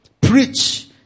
Preach